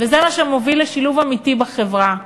וזה מה שמביא לשילוב אמיתי בחברה.